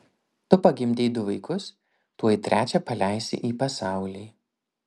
tu pagimdei du vaikus tuoj trečią paleisi į pasaulį